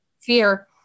Fear